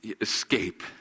escape